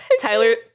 Tyler